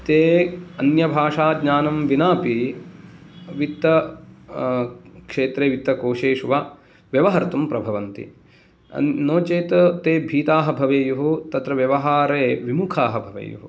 ते अन्यभाषाज्ञानं विनापि वित्त क्षेत्रे वित्तकोषेषु वा व्यवहर्तुं प्रभवन्ति नो चेत् ते भीताः भवेयुः तत्र व्यवहारे विमुखाः भवेयुः